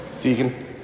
Deacon